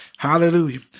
Hallelujah